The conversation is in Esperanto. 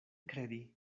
kredi